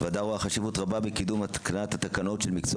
הוועדה רואה חשיבות רבה בקידום התקנת התקנות של מקצוע